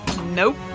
Nope